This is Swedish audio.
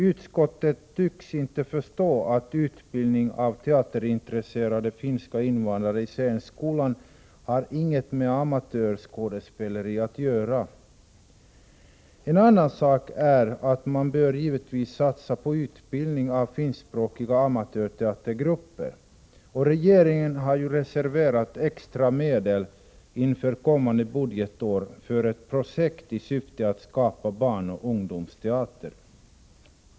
Utskottet tycks inte förstå att utbildning av teaterintresserade finska invandrare i scenskolan inte har någonting med amatörskådespeleri att göra. En annan sak är att man givetvis bör satsa på utbildning av finskspråkiga amatörteatergrupper. Regeringen har ju reserverat extra medel för kommande budgetår för ett projekt i syfte att skapa barnoch ungdomsteater.